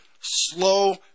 slow